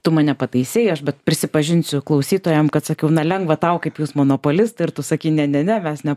tu mane pataisei aš bet prisipažinsiu klausytojam kad sakiau na lengva tau kaip jūs monopolistai ir tu sakei ne ne ne mes ne